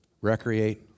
recreate